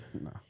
no